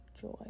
joy